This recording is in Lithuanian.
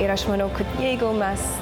ir aš maniau kad jeigu mes